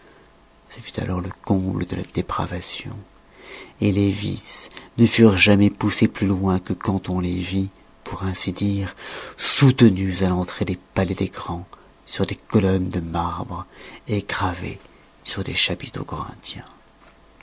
ce fut alors le comble de la dépravation les vices ne furent jamais poussés plus loin que quand on les vit pour ainsi dire soutenus à l'entrée des palais des grands sur des colonnes de marbre gravés sur des chapiteaux